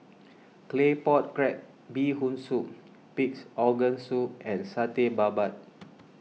Claypot Crab Bee Hoon Soup Pig's Organ Soup and Satay Babat